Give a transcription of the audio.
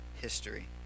history